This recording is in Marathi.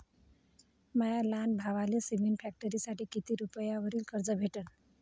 माया लहान भावाले सिमेंट फॅक्टरीसाठी कितीक रुपयावरी कर्ज भेटनं?